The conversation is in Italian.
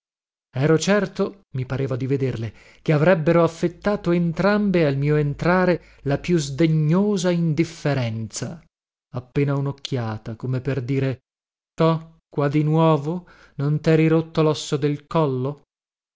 misteriosa ero io e di vederle che avrebbero affettato entrambe al mio entrare la più sdegnosa indifferenza appena unocchiata come per dire to qua di nuovo non teri rotto losso del collo